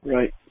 Right